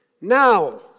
now